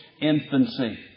infancy